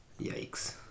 Yikes